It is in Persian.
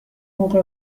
موقع